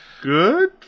good